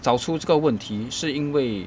找出这个问题是因为